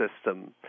system